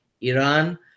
Iran